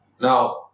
Now